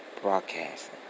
Broadcasting